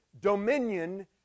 dominion